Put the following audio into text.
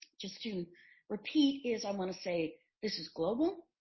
just to repeat is i want to say this is global.